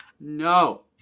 no